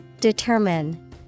Determine